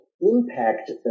impact